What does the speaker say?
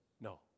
No